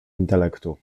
intelektu